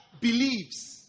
believes